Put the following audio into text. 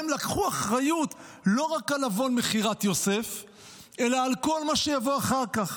הם לקחו אחריות לא רק על עוון מכירת יוסף אלא על כל מה שיבוא אחר כך.